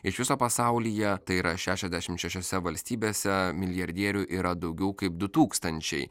iš viso pasaulyje tai yra šešiasdešim šešiose valstybėse milijardierių yra daugiau kaip du tūkstančiai